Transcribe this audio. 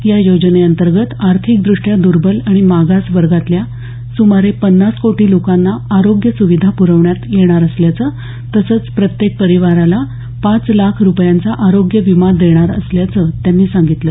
या योजनेअंतर्गत आर्थिकदृष्ट्या दर्बल आणि मागास वर्गातल्या सुमारे पन्नास कोटी लोकांना आरोग्य सुविधा पुरवण्यात येणार असल्याचं तसंच प्रत्येक परिवाराला दर वर्षी पाच लाख रुपयांचा आरोग्य विमा देणार असल्याचं त्यांनी सांगितलं